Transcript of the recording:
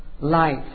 life